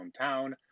hometown